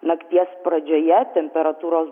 nakties pradžioje temperatūros